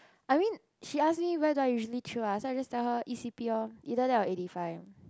I mean she ask me where do I usually chill ah so I just tell her E_C_P orh either that or eighty five